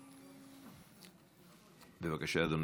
בבקשה, אדוני,